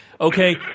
Okay